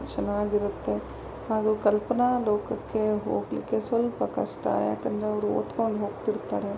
ಚೆನ್ನಾಗಿರತ್ತೆ ಹಾಗೂ ಕಲ್ಪನಾ ಲೋಕಕ್ಕೆ ಹೋಗಲಿಕ್ಕೆ ಸ್ವಲ್ಪ ಕಷ್ಟ ಯಾಕಂದರೆ ಅವರು ಓದ್ಕೊಂಡು ಹೋಗ್ತಿರ್ತಾರೆ